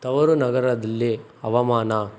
ತವರು ನಗರದಲ್ಲಿ ಹವಾಮಾನ